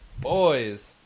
boys